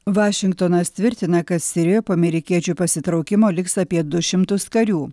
vašingtonas tvirtina kad sirijoje po amerikiečių pasitraukimo liks apie du šimtus karių